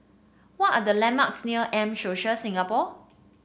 what are the landmarks near M Social Singapore